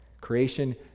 Creation